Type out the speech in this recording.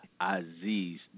Aziz